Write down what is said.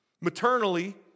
Maternally